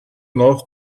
noch